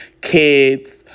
kids